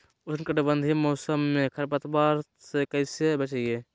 उष्णकटिबंधीय मौसम में खरपतवार से कैसे बचिये?